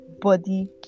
body